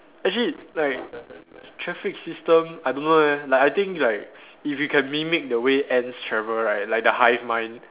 actually like traffic system I don't know leh like I think like if you can mimic the way ants travel right like the hive mind